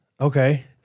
Okay